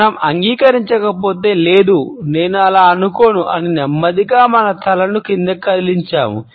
మనం అంగీకరించకపోతే లేదు నేను అలా అనుకోను అని నెమ్మదిగా మన తలలను కదిలించాము